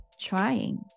trying